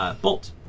Bolt